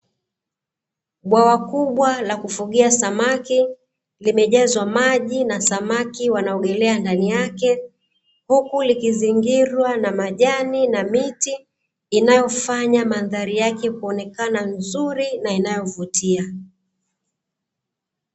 Bwawa kubwa la kufugia samaki limejazwa maji na samaki wanaogelea ndani yake, Huku likizingirwa na majani na miti inayofanya mandhari yake kuonekana nzuri na inayovutia.